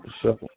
Sure